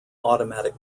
automatic